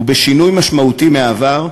ובשינוי משמעותי מהעבר,